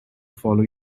follow